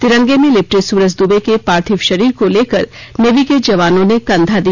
तिरंगे में लिपटे सूरज द्वबे के पार्थिव शरीर को लेकर नेवी के जवानों ने कन्धा दिया